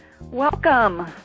Welcome